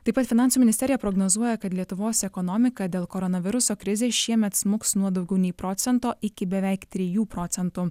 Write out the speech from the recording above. taip pat finansų ministerija prognozuoja kad lietuvos ekonomika dėl koronaviruso krizės šiemet smuks nuo daugiau nei procento iki beveik trijų procentų